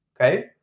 Okay